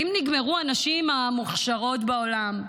האם נגמרו הנשים המוכשרות בעולם?